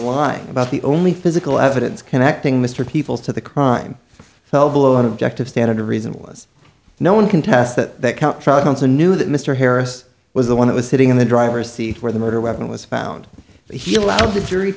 lying about the only physical evidence connecting mr people to the crime fell below an objective standard of reason was no one contests that count tried once and knew that mr harris was the one that was sitting in the driver's seat where the murder weapon was found he allowed the jury